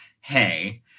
hey